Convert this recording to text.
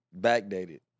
backdated